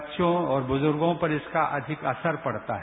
वच्चों और बुजुर्गों पर इसका अधिक असर पड़ता है